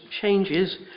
changes